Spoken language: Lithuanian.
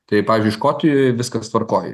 tai pavyzdžiui škotijoj viskas tvarkoj